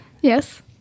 Yes